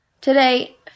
Today